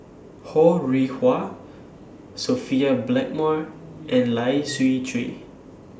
Ho Rih Hwa Sophia Blackmore and Lai Siu Chiu